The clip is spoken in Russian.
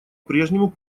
прежнему